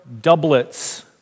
doublets